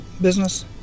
business